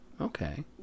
Okay